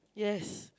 yes